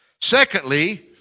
Secondly